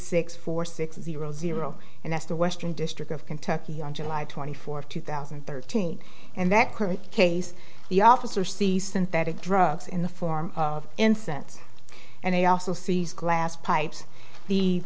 six four six zero zero and that's the western district of kentucky on july twenty fourth two thousand and thirteen and that current case the officer sees synthetic drugs in the form of incense and he also sees glass pipes